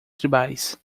tribais